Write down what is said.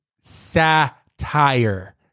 satire